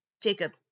Jacob